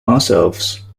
ourselves